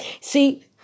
See